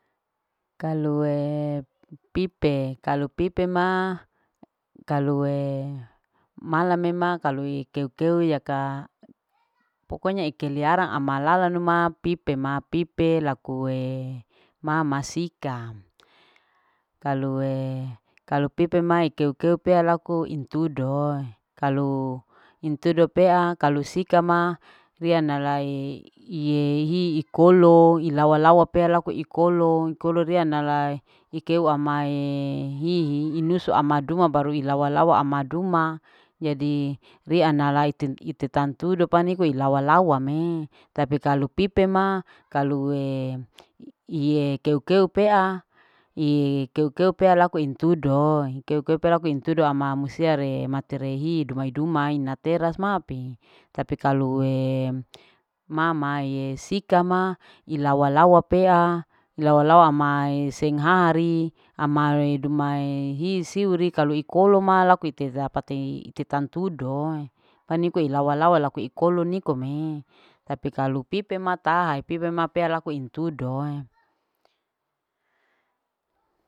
Kalue pipe. kalu pipe ma. kalue malam mema. kalue keu. keu ya ka pokoknya ikeliaran ama lala numa pipe ma. pipe lakue mama sika lakue. kalue, kalau pipe keu. keu pea laku mintudo kalu mintudo pea kalu sika ma riana lai iyehiyi ikolo ilawa. lawa pea laku ikolo. ikolo rea nala ikeu amala hihi nusu ama duma baru lawa. lawa ama duma riana lai ite natudo paniko ilawa. lawame tapi kalu pipe ma kalue iye keu. keu pea iye keu. keu pea laku ami tudo. keu. keu pia laku ami tudo ama musia re hidup mai dumai ina teras mapi tapi kalu yeee mamae sika ma ilawa. lawa pea. ilawa. lawa amae seng haari amae dumai hisiuri kalu ikolo ma laku iteja pati tantudo paniko ilawa. lawa laku ikolo niko me tapi kalu pipe ma taha pipe ma laku imintudo.